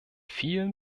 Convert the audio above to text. vielen